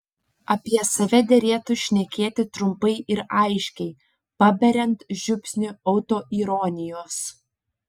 apie save derėtų šnekėti trumpai ir aiškiai paberiant žiupsnį autoironijos